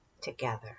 together